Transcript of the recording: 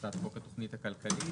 הצעת חוק התוכנית הכלכלית.